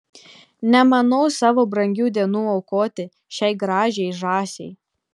nemanau savo brangių dienų aukoti šiai gražiai žąsiai